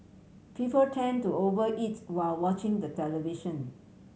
people tend to over eat while watching the television